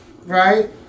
Right